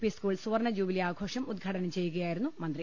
P school സുവർണ jubilee ആഘോഷം ഉദ്ഘാടനം ചെയ്യുകയായിരുന്നു മന്ത്രി